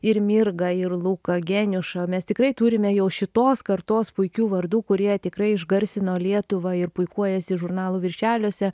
ir mirgą ir luką geniušą mes tikrai turime jau šitos kartos puikių vardų kurie tikrai išgarsino lietuvą ir puikuojasi žurnalų viršeliuose